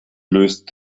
löst